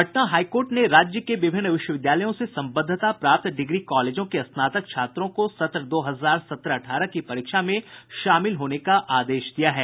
Patna high court ने राज्य के विभिन्न विश्वविद्यालयों से संबद्धता प्राप्त डिग्री कॉलेजों के स्नातक छात्रों को सत्र दो हजार सत्रह अठारह की परीक्षा में शामिल होने का आदेश दिया है